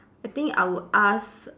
I think I would ask